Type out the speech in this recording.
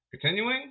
Continuing